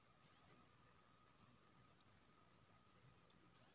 सब्जी के खेती के संबंध मे किछ बताबू?